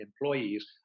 employees